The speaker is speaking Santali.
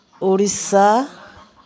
ᱳᱰᱤᱥᱟ